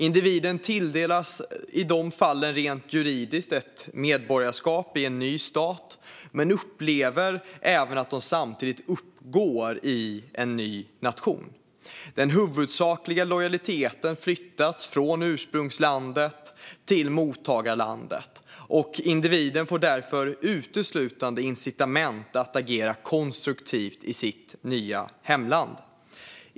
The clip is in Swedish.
Individen tilldelas i de fallen rent juridiskt ett medborgarskap i en ny stat men upplever även att man samtidigt uppgår i en ny nation. Den huvudsakliga lojaliteten flyttas från ursprungslandet till mottagarlandet, och individen får därför uteslutande incitament att agera konstruktivt i sitt nya hemland.